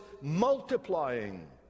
multiplying